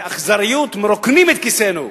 ובאכזריות מרוקנים את כיסינו,